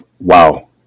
wow